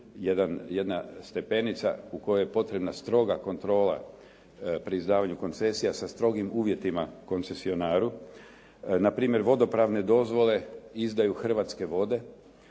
jedna stepenica u kojoj je potrebna stroga kontrola pri izdavanju koncesija sa strogim uvjetima koncesionaru. Na primjer vodopravne dozvole izdaju Hrvatske vode.